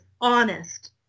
honest